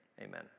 amen